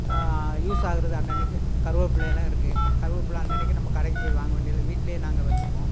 use ஆகிறது அன்னன்னைக்கு கருவேப்பிலைல்லாம் இருக்குது கருவேப்பிலை அன்னனைக்கு கடைக்கு போய் வாங்க வேண்டியது இல்லை வீட்டிலயே நாங்கள் வச்சிருக்கோம்